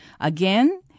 Again